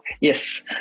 Yes